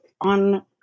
on